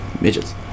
Midgets